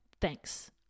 Thanks